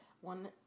one